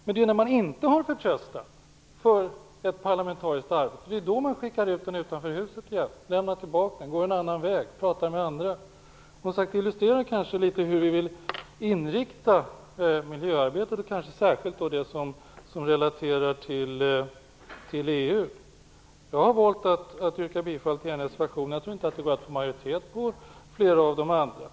Det är när man inte har förtröstan på ett parlamentariskt arbete som man skickar ut propositionen utanför huset igen, lämnar tillbaka den, går en annan väg och pratar med andra. Detta illustrerar, som sagt var, hur vi vill inrikta miljöarbetet, kanske särskilt det som relaterar till EU. Jag har valt att yrka bifall till en reservation. Jag tror inte att det går att få majoritet för flera reservationer.